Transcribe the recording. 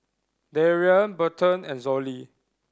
Darrian Berton and Zollie